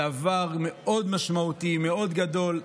דבר משמעותי מאוד, גדול מאוד.